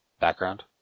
background